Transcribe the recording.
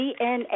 DNA